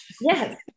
Yes